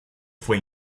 fue